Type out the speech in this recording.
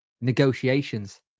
negotiations